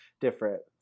different